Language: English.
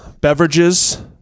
beverages